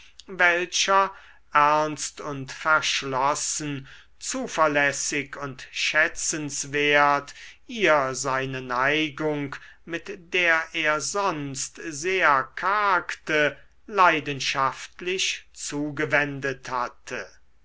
welcher ernst und verschlossen zuverlässig und schätzenswert ihr seine neigung mit der er sonst sehr kargte leidenschaftlich zugewendet hatte